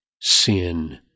sin